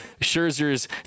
Scherzer's